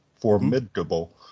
Formidable